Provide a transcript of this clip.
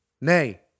nay